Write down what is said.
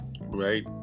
right